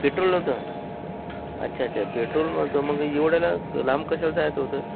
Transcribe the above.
petrol नव्हतं अच्छा अच्छा पेट्रोल मग तर मग एवढ्याला क लांब कशाला जायचं होतं